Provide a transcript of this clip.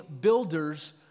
Builders